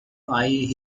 eyes